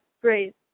great